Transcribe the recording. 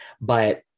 but-